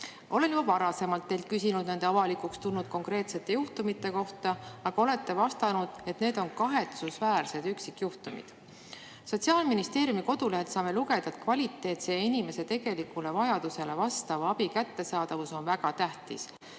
juba varasemalt teilt küsinud nende avalikuks tulnud konkreetsete juhtumite kohta, aga te olete vastanud, et need on kahetsusväärsed üksikjuhtumid. Sotsiaalministeeriumi kodulehelt saame lugeda, et kvaliteetse ja inimese tegelikule vajadusele vastava abi kättesaadavus on väga tähtis.